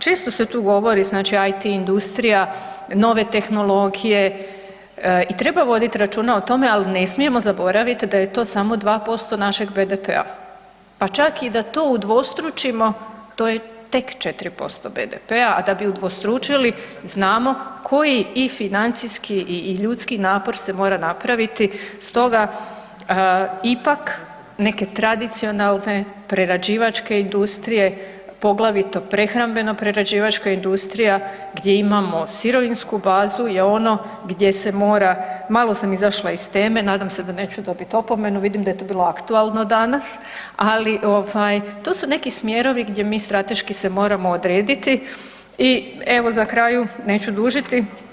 Često se tu govori, znači IT industrija, nove tehnologije, i treba voditi računa o tome, ali ne smijemo zaboraviti da je to samo 2% našeg BDP-a, pa čak i da to udvostručimo, to je tek 4% BDP-a, a da bi udvostručili znamo koji i financijski i ljudski napor se mora napraviti, stoga, ipak neke tradicionalne, prerađivačke industrije, poglavito prehrambeno prerađivačka industrija, gdje imamo sirovinsku bazu je ono gdje se mora, malo sam izašla iz teme, nadam se da neću dobiti opomenu, vidim da je to bilo aktualno danas, ali to su neki smjerovi gdje mi strateški se moramo odrediti i evo, za kraju, neću dužiti.